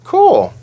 Cool